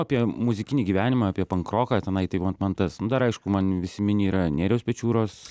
apie muzikinį gyvenimą apie pankroką tenai tai va man tas dar aišku man visi mini yra nėriaus pečiūros